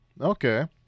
Okay